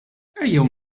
ejjew